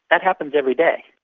that happens every day.